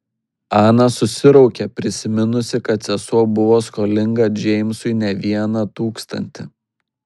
ana susiraukė prisiminusi kad sesuo buvo skolinga džeimsui ne vieną tūkstantį